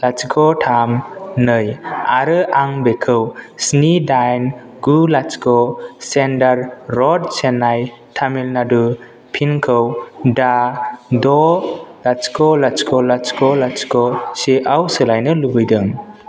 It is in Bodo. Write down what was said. लाथिख' थाम नै आरो आं बेखौ स्नि दाइन गु लाथिख' सेन्दार रड सेन्नाय तामिलनाडु पिन कड द' लाथिख' लाथिख' लाथिख' लाथिख' से आव सोलायनो लुबैदों